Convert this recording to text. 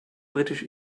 britisch